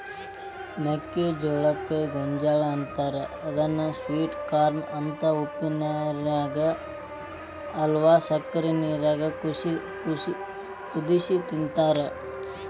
ಮೆಕ್ಕಿಜೋಳಕ್ಕ ಗೋಂಜಾಳ ಅಂತಾರ ಇದನ್ನ ಸ್ವೇಟ್ ಕಾರ್ನ ಅಂತ ಉಪ್ಪನೇರಾಗ ಅತ್ವಾ ಸಕ್ಕರಿ ನೇರಾಗ ಕುದಿಸಿ ತಿಂತಾರ